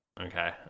Okay